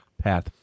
path